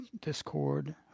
Discord